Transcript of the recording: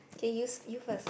K you you first